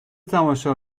تماشا